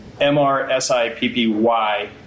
M-R-S-I-P-P-Y